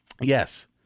Yes